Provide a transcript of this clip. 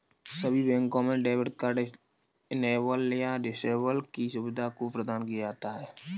सभी बैंकों में डेबिट कार्ड इनेबल या डिसेबल की सुविधा को प्रदान किया जाता है